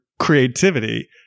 creativity